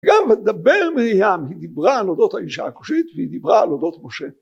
גם בדבר מרים, היא דיברה על אודות האישה הכושית, והיא דיברה על אודות משה.